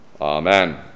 Amen